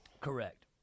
Correct